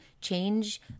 change